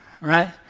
right